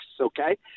okay